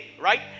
right